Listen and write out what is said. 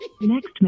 Next